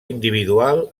individual